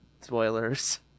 Spoilers